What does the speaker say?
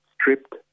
stripped